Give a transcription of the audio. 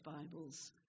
Bibles